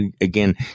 again